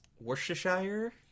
Worcestershire